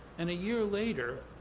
and a year later,